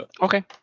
Okay